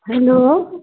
hello